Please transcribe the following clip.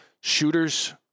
shooters